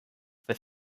for